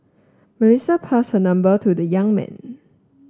Melissa passed her number to the young man